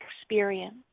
experience